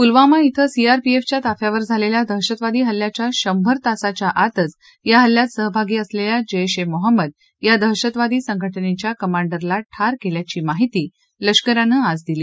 पुलवामा इथं सीआरपीएफच्या ताफ्यावर झालेल्या दहशतवादी हल्ल्याच्या शंभर तासाच्या आतच या हल्ल्यात सहभागी असलेल्या जैश ए मोहम्मद या दहशतवादी संघ जैच्या कमांडरला ठार केल्याची माहिती लष्करानं आज दिली